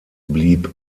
blieb